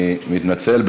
מתנצל.